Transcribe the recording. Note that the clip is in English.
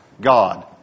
God